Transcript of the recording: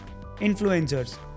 influencers